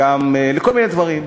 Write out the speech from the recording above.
לכל מיני דברים.